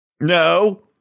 No